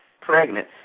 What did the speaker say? pregnant